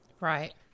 Right